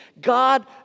God